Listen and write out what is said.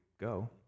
go